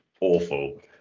awful